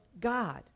God